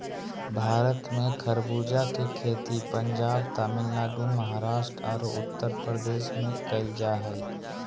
भारत में खरबूजा के खेती पंजाब, तमिलनाडु, महाराष्ट्र आरो उत्तरप्रदेश में कैल जा हई